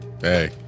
Hey